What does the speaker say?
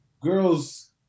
girls